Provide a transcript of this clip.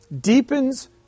deepens